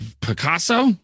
Picasso